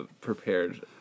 Prepared